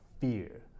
fear